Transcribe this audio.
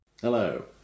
Hello